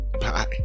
bye